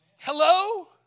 Hello